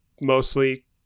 mostly